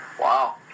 Wow